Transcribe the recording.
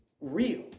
real